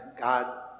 God